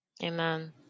Amen